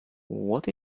what